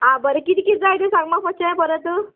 आ बरें किदें किद जाय तें सांग म्हाका मातशें परत